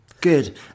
Good